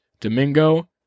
Domingo